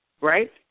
right